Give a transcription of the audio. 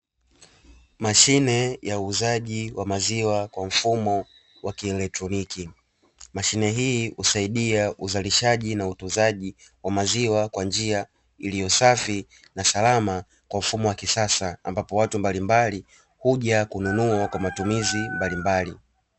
Mashine ya uuzaji wa maziwa kwa mfumo wa kielektroniki, mashine hii husaidia uzalishaji na utunzaji wa maziwa kwa njia iliyo safi na salama kwa mfumo wa kisasa, ambapo watu mbalimbali huja kununua kwa matumizi mbalimbali.